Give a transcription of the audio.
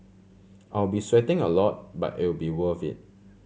I'll be sweating a lot but it'll be worth it